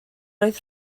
roedd